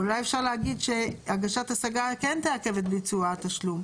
אבל אולי אפשר להגיד שהגשת השגה כן תעכב את ביצוע התשלום,